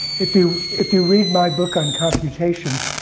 if you if you read my book on computation,